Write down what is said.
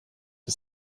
des